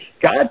God